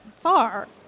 Far